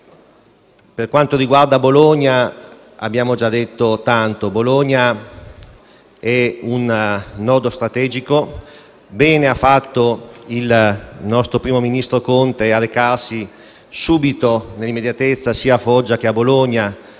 Per quanto riguarda i fatti di Bologna, abbiamo già detto tanto. Bologna è un nodo strategico. Bene ha fatto il nostro primo ministro Conte a recarsi subito sia a Foggia, che a Bologna.